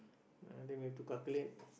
ya then we have to calculate